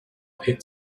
hit